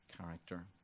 character